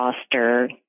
foster